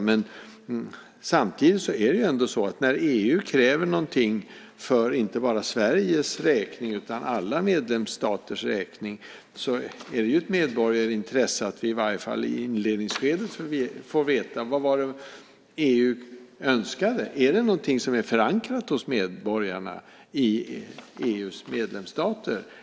Men när EU kräver någonting inte bara för Sveriges räkning utan för alla medlemsstaters räkning är det ett medborgerligt intresse att vi, i varje fall i inledningsskedet, får veta vad EU önskade. Är det någonting som är förankrat hos medborgarna i EU:s medlemsstater?